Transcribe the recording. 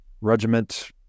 regiment